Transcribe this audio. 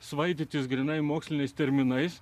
svaidytis grynai moksliniais terminais